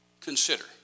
Consider